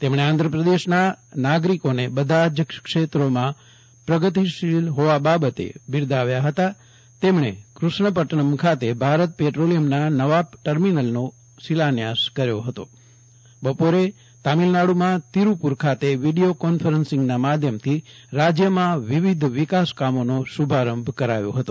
તેમણે આંધ્રપ્રદેશના નાગરિકોને બધા જ ક્ષેત્રોમાં પ્રગતિશીલ હોવા બાબતે બિરદાવ્યા હતા તેમણે કૂષ્ણ પટ્ટનમ ખાતે ભારત પેટ્રોલીયમના નવા ટર્મીનલનો શિલાન્યાસ કર્યો ફતો બપોરે તમીલનાડુમાં તિરૂપુર ખાતે વિડીયો કોન્ફરન્સીંગ માધ્યમથી રાજયમાં વિવિધ વિકાસકામોનો શુભારંભ કરાવ્યો ફતો